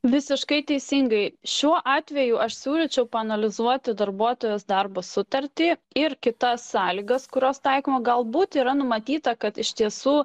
visiškai teisingai šiuo atveju aš siūlyčiau paanalizuoti darbuotojos darbo sutartį ir kitas sąlygas kurios taikoma galbūt yra numatyta kad iš tiesų